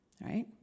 right